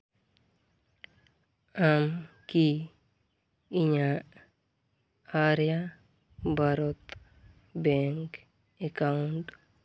ᱟᱢ ᱠᱤ ᱤᱧᱟᱹᱜ ᱟᱨᱭᱟ ᱵᱷᱟᱨᱚᱛ ᱵᱮᱝᱠ ᱮᱠᱟᱣᱩᱱᱴ